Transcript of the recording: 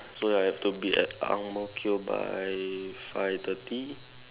so ya I have to be at Ang-Mo-Kio by five thirty